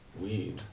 weed